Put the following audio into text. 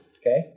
Okay